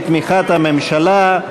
בתמיכת הממשלה.